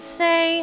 say